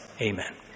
amen